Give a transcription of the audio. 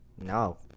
no